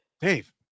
Dave